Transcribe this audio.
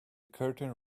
curtain